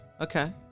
Okay